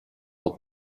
old